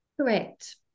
Correct